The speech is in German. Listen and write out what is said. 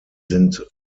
sind